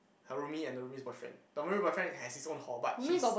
her roomie and the roomie's boyfriend the roomie's boyfriend has his own hall but his